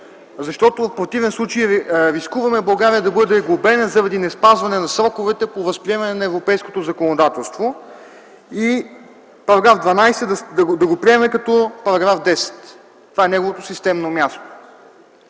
защото в противен случай рискуваме България да бъде глобена, заради неспазване на сроковете по възприемането на европейското законодателство и § 12 да го приемем като § 10. Това е неговото системно място.